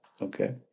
Okay